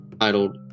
titled